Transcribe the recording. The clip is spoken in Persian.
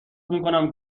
میکنم